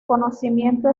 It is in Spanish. conocimiento